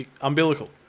umbilical